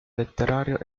letterario